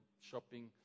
shopping